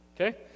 Okay